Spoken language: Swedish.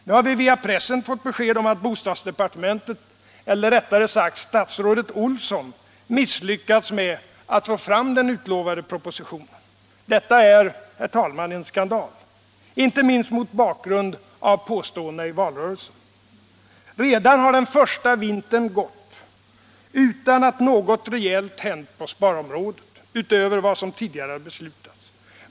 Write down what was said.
Nu har vi via pressen fått besked om att bostadsdepartementet — eller rättare sagt statsrådet Olsson — misslyckats med att få fram den utlovade propositionen. Detta är, herr talman, en skandal, inte minst mot bakgrund av påståendena i valrörelsen. Redan har den första vintern gått utan att något rejält hänt på sparområdet utöver vad som tidigare hade beslutats.